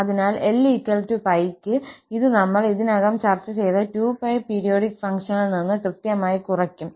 അതിനാൽ 𝑙𝜋 ക്ക് ഇത് നമ്മൾ ഇതിനകം ചർച്ച ചെയ്ത 2𝜋 പീരിയോഡിക് ഫംഗ്ഷനിൽ നിന്ന് കൃത്യമായി കുറയ്ക്കും